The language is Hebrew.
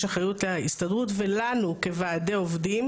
יש אחריות להסתדרות ולנו כוועדי עובדים,